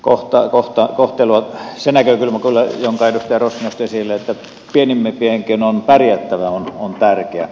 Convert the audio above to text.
se näkökulma kyllä jonka edustaja rossi nosti esille että pienimpienkin on pärjättävä on tärkeä